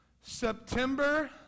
September